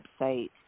website